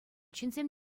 ҫынсем